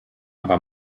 aber